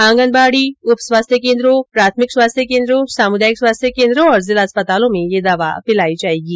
आंगनबाड़ी उप स्वास्थ्य केन्द्रों प्राथमिक स्वास्थ्य केन्द्रों सामुदायिक स्वास्थ्य केन्द्रों और जिला अस्पतालों में यह दवा पिलाई जा रही है